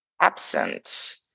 Absent